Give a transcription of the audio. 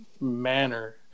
manner